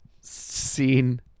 scene